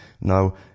Now